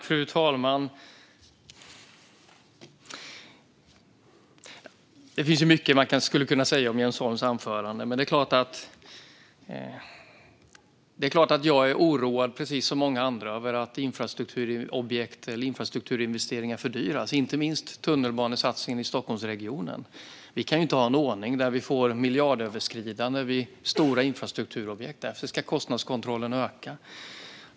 Fru talman! Det finns mycket man skulle kunna säga om Jens Holms anförande. Det är klart att jag är oroad, precis som många andra, över att infrastrukturobjekt eller infrastrukturinvesteringar fördyras. Det gäller inte minst tunnelbanesatsningen i Stockholmsregionen. Vi kan inte ha en ordning där vi får miljardöverskridanden vid stora infrastrukturobjekt. Därför ska kostnadskontrollen öka.